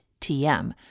TM